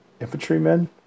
infantrymen